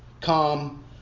come